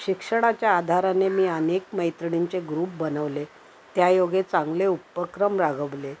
शिक्षणाच्या आधाराने मी अनेक मैत्रिणींचे ग्रुप बनवले त्या योगे चांगले उपक्रम राबवले